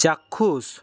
চাক্ষুষ